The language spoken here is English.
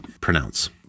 pronounce